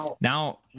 now